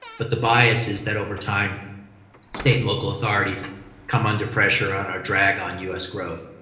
but the bias is that over time state and local authorities come under pressure on our drag on u s. growth.